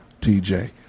TJ